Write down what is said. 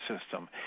system